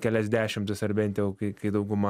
kelias dešimtis ar bent jau kai kai dauguma